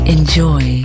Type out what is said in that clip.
Enjoy